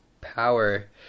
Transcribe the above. power